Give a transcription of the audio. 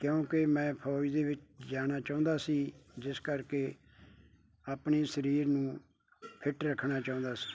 ਕਿਉਂਕਿ ਮੈਂ ਫੌਜ ਦੇ ਵਿੱਚ ਜਾਣਾ ਚਾਹੁੰਦਾ ਸੀ ਜਿਸ ਕਰਕੇ ਆਪਣੇ ਸਰੀਰ ਨੂੰ ਫਿੱਟ ਰੱਖਣਾ ਚਾਹੁੰਦਾ ਸੀ